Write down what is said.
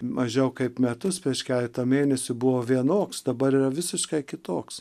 mažiau kaip metus prieš keletą mėnesių buvo vienoks dabar yra visiškai kitoks